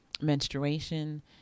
menstruation